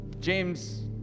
James